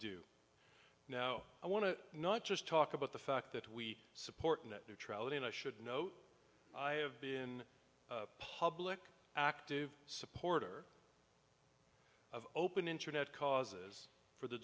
do now i want to not just talk about the fact that we support net neutrality and i should note i have been a public active supporter of open internet causes for the